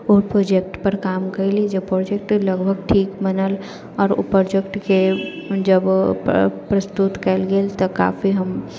उ प्रोजेक्टपर काम कइली जब प्रोजेक्ट लगभग ठीक बनैल आओर उ प्रोजेक्टके जब प्र प्रस्तुत कयल गेल तऽ काफी हम